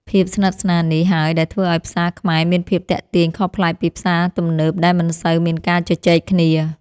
ភាពស្និទ្ធស្នាលនេះហើយដែលធ្វើឱ្យផ្សារខ្មែរមានភាពទាក់ទាញខុសប្លែកពីផ្សារទំនើបដែលមិនសូវមានការជជែកគ្នា។